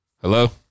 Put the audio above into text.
Hello